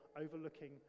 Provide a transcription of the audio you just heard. overlooking